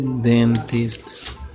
dentist